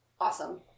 awesome